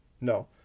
No